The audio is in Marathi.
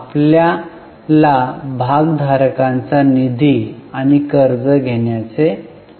आपल्याला भागधारकांचा निधी आणि कर्ज घेण्याचे आहे